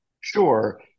Sure